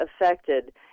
affected